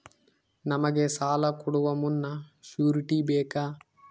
ನಮಗೆ ಸಾಲ ಕೊಡುವ ಮುನ್ನ ಶ್ಯೂರುಟಿ ಬೇಕಾ?